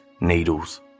needles